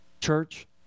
Church